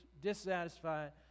dissatisfied